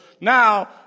now